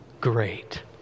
great